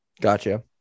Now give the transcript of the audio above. Gotcha